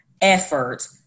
effort